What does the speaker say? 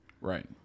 Right